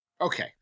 Okay